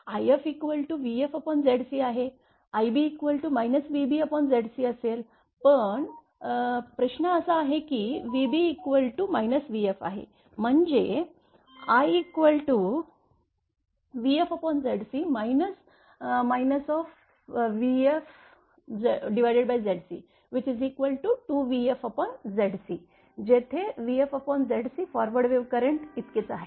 if vfZc ib vbZcअसेल पण प्रश्न असा आहे की vb vf आहे म्हणजे ivfZc vfZc2vfZc जेथे vfZc फॉरवर्ड वेव्ह करंट इतकेच आहे